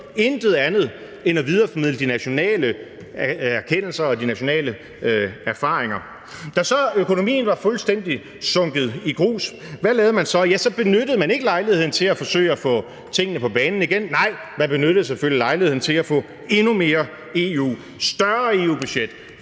Intet andet end at videreformidle de nationale erkendelser og de nationale erfaringer. Da så økonomien var fuldstændig sunket i grus, hvad lavede man så? Ja, så benyttede man ikke lejligheden til at forsøge at få tingene på banen igen, nej, man benyttede selvfølgelig lejligheden til at få endnu mere EU, et